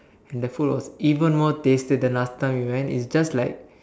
and the food was even more tastier than last time we went it's just like